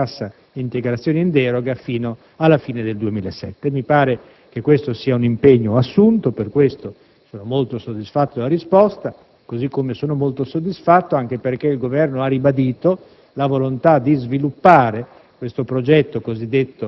affinché sia concessa la cassa integrazione in deroga fino alla fine del 2007. Mi pare che questo sia un impegno assunto dal Governo e per questo sono molto soddisfatto della risposta, come pure sono soddisfatto perché è stata ribadita la volontà di sviluppare